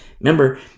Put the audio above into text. remember